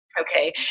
okay